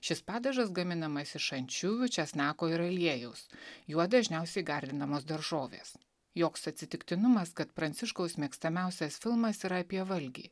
šis padažas gaminamas iš ančiuvių česnako ir aliejaus juo dažniausiai gardinamos daržovės joks atsitiktinumas kad pranciškaus mėgstamiausias filmas yra apie valgį